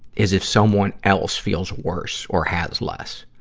is if someone else feels worse or has less.